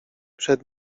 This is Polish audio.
przed